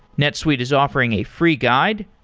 netsuite is offering a free guide,